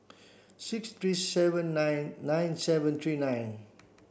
six three seven nine nine seven three nine